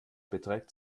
beträgt